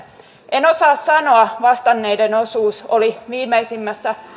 en osaa sanoa vastanneiden osuus oli viimeisimmässä